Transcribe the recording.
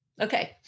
Okay